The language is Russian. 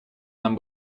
нам